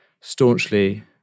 staunchly